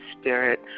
Spirit